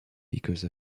because